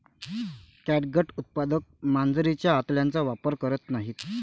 catgut उत्पादक मांजरीच्या आतड्यांचा वापर करत नाहीत